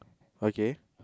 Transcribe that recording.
okay